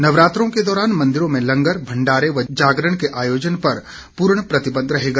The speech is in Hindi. नवरात्रों के दौरान मंदिरों में लंगर भंडारे व जागरण के आयोजन पर पूर्ण प्रतिबंध रहेगा